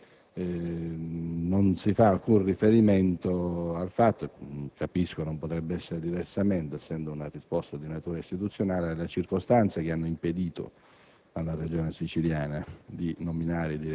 Evidenzio solo che nella risposta non si fa alcun riferimento - non potrebbe essere diversamente essendo una risposta di natura istituzionale - alle circostanze che hanno impedito